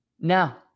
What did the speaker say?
Now